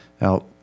Now